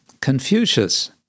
Confucius